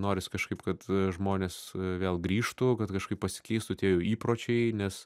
norisi kažkaip kad žmonės vėl grįžtų kad kažkaip pasikeistų tie jau įpročiai nes